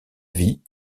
vie